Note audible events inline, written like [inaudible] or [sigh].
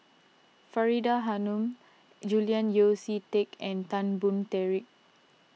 Faridah Hanum Julian Yeo See Teck and Tan Boon [unintelligible]